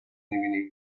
میبینی